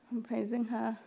ओमफ्राय जोंहा